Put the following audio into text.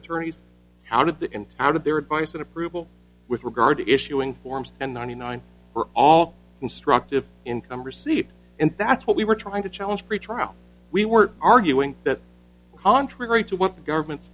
attorneys out of that and out of their advice and approval with regard to issuing forms and ninety nine for all constructive income received and that's what we were trying to challenge pretrial we were arguing that contrary to what the government's